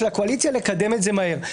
של הקואליציה לקדם את זה מהר.